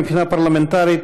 מבחינה פרלמנטרית,